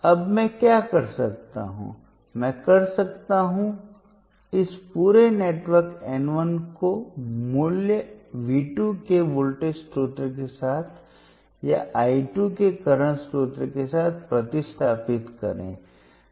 अब मैं क्या कर सकता हूं मैं कर सकता हूं इस पूरे नेटवर्क N 1 को मूल्य V2 के वोल्टेज स्रोत के साथ या I 2 के करंट स्रोत के साथ प्रतिस्थापित करें